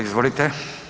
Izvolite.